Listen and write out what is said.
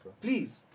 please